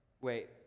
Wait